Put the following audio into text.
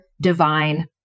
divine